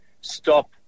stop